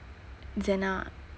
zena ah